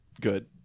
good